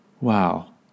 Wow